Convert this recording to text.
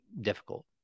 difficult